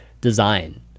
design